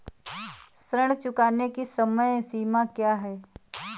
ऋण चुकाने की समय सीमा क्या है?